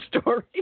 story